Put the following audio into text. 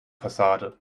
fassade